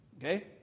Okay